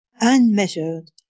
unmeasured